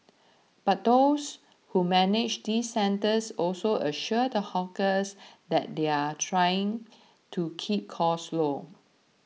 but those who manage these centres also assure the hawkers that they are trying to keep costs low